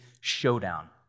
showdown